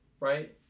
Right